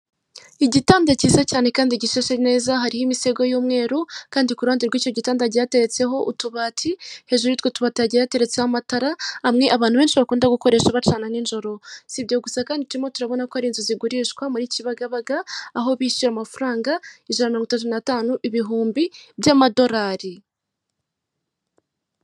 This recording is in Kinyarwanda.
Igitanda cyiza cyane kandi gishashe neza hariho imisego y'umweru, kandi ku ruhande rw'icyo gitanda hagiye haretseho utubati, hejuri y'utwo tubati hagiye hateretseho amatara, amwe abantu benshi bakunda gukoresha bacana ninjoro. Si ibyo gusa kandi turimo turabona ko ari inzu zigurishwa muri Kibagabaga, aho bishyuye amafaranga; ijana na mirongo itatu n'atanu ibihumbi by'amadorari.